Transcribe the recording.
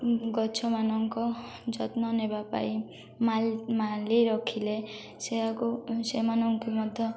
ଗଛମାନଙ୍କ ଯତ୍ନ ନେବା ପାଇଁ ମାଳି ରଖିଲେ ସେଆକୁ ସେମାନଙ୍କୁ ମଧ୍ୟ